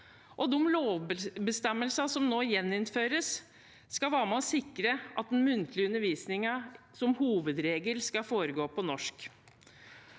de lovbestemmelsene som nå gjeninnføres, skal være med og sikre at den muntlige undervisningen som hovedregel skal foregå på norsk.